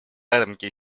рамки